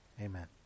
Amen